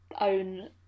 own